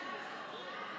תודה.